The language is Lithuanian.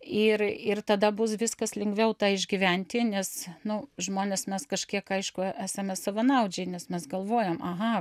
ir ir tada bus viskas lengviau tą išgyventi nes nu žmonės mes kažkiek aišku esame savanaudžiai nes mes galvojam aha